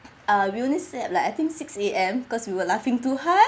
uh wilson said like I think six A_M cause we were laughing too hard